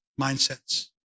mindsets